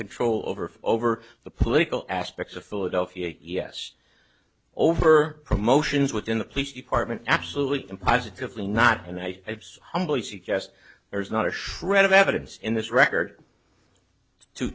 control over for over the political aspects of philadelphia yes over promotions within the police department absolutely positively not and i humbly suggest there is not a shred of evidence in this record to